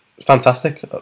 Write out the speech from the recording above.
Fantastic